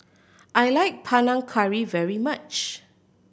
I like Panang Curry very much